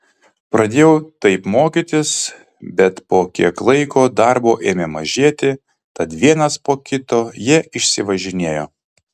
pradėjau taip mokytis bet po kiek laiko darbo ėmė mažėti tad vienas po kito jie išsivažinėjo